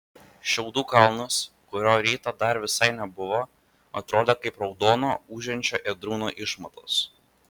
šiaudų kalnas kurio rytą dar visai nebuvo atrodė kaip raudono ūžiančio ėdrūno išmatos